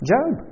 Job